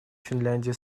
финляндия